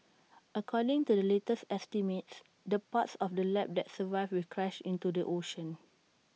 according to the latest estimates the parts of the lab that survive will crash into the ocean